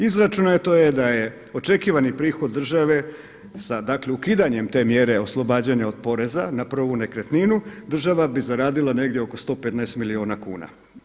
Izračunato je da je očekivani prihod države sa dakle ukidanjem te mjere oslobađanja od poreza na prvu nekretninu, država bi zaradila negdje oko 115 milijuna kuna.